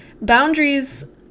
boundaries